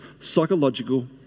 psychological